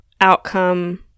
outcome